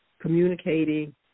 communicating